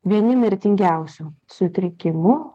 vieni mirtingiausių sutrikimų